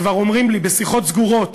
כבר אומרים לי בשיחות סגורות